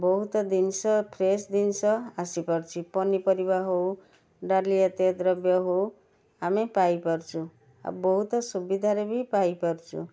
ବହୁତ ଜିନିଷ ଫ୍ରେଶ୍ ଜିନିଷ ଆସିପାରୁଛି ପନିପରିବା ହେଉ ଡାଲିଜାତୀୟ ଦ୍ରବ୍ୟ ହେଉ ଆମେ ପାଇପାରୁଛୁ ଆଉ ବହୁତ ସୁବିଧାରେ ବି ପାଇପାରୁଛୁ